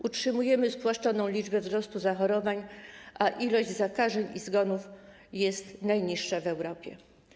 Utrzymujemy spłaszczoną liczbę wzrostu zachorowań, a ilość zakażeń i zgonów jest najniższa w Europie.